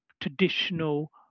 traditional